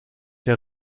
der